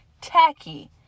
tacky